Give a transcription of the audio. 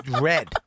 red